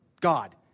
God